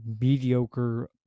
mediocre